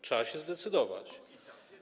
Trzeba się zdecydować.